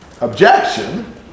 objection